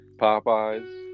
Popeye's